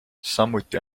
samuti